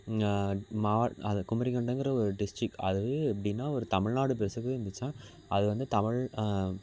மாவ அது குமரிக்கண்டங்கிற ஒரு டிஸ்டிக் அது எப்படினா ஒரு தமிழ்நாடு அது வந்து தமிழ்